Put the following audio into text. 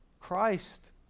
Christ